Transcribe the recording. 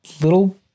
Little